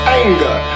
anger